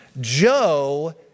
Joe